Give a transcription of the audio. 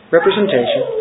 Representation